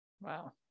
Wow